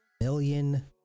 million